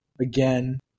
again